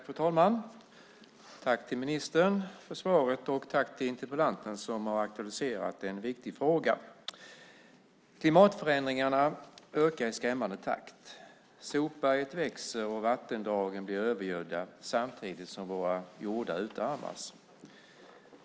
Fru talman! Tack, ministern, för svaret. Jag tackar också interpellanten som har aktualiserat en viktig fråga. Klimatförändringarna ökar i skrämmande takt. Sopberget växer och vattendragen blir övergödda samtidigt som våra jordar utarmas.